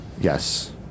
Yes